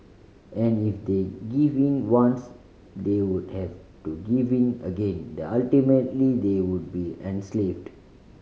and if they give in once they would have to give in again the ultimately they would be enslaved